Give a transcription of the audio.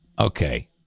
Okay